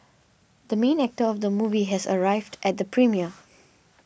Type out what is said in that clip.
the main actor of the movie has arrived at the premiere